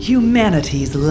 Humanity's